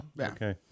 Okay